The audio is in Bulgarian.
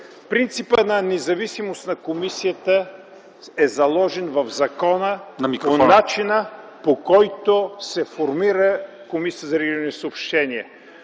принципът на независимост на комисията е заложен в закона по начина, по който се формира Комисията за регулиране на съобщенията